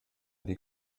ydy